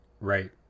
Right